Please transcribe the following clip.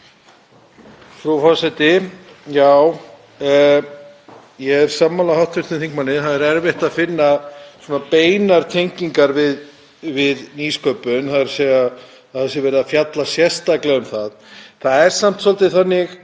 Það er samt svolítið þannig